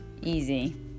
easy